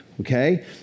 okay